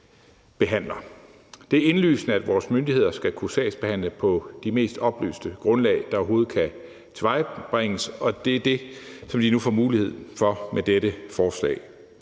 Det er indlysende, at vores myndigheder skal kunne sagsbehandle på de mest oplyste grundlag, der overhovedet kan tilvejebringes, og det er det, som de nu får mulighed for med dette forslag.